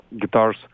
guitars